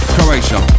Croatia